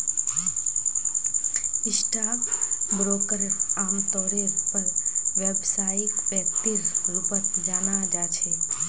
stock ब्रोकरक आमतौरेर पर व्यवसायिक व्यक्तिर रूपत जाना जा छे